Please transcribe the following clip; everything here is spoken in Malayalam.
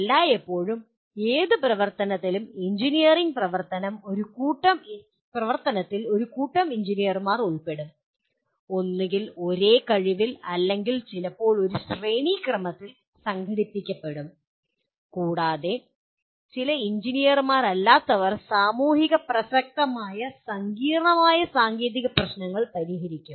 എല്ലായ്പ്പോഴും ഏത് പ്രവർത്തനത്തിലും എഞ്ചിനീയറിംഗ് പ്രവർത്തനത്തിൽ ഒരു കൂട്ടം എഞ്ചിനീയർമാർ ഉൾപ്പെടും ഒന്നുകിൽ ഒരേ കഴിവിൽ അല്ലെങ്കിൽ ചിലപ്പോൾ ഒരു ശ്രേണിക്രമത്തിൽ സംഘടിപ്പിക്കപ്പെടും കൂടാതെ ചില എഞ്ചിനീയർമാരല്ലാത്തവർ സാമൂഹികമായി പ്രസക്തമായ സങ്കീർണ്ണമായ സാങ്കേതിക പ്രശ്നങ്ങൾ പരിഹരിക്കും